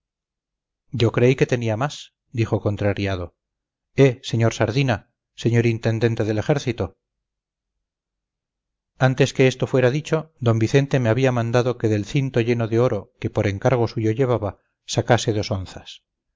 yo creí que tenía más dijo contrariado eh sr sardina señor intendente del ejército antes que esto fuera dicho d vicente me había mandado que del cinto lleno de oro que por encargo suyo llevaba sacase dos onzas